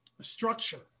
structure